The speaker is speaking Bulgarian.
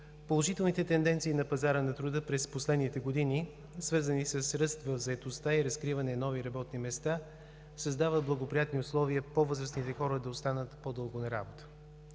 положителните тенденции на пазара на труда през последните години, свързани с ръст в заетостта и разкриване на нови работни места, създават благоприятни условия по-възрастните хора да останат по-дълго на работа.